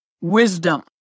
Wisdom